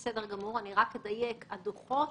הדוחות,